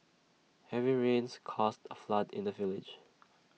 heavy rains caused A flood in the village